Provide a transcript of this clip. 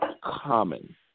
Common